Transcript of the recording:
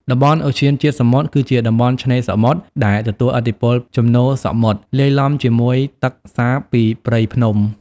តំបន់ឧទ្យានជាតិសមុទ្រ គឺជាតំបន់ឆ្នេរសមុទ្រដែលទទួលឥទ្ធិពលជំនោរសមុទ្រ លាយឡំជាមួយទឹកសាបពីព្រៃភ្នំ។